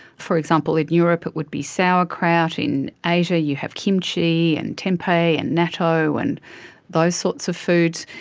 for example, in europe it would be sauerkraut, in asia you have kimchi and tempeh and nato and those sorts of foods.